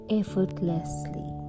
effortlessly